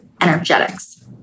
energetics